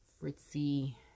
fritzy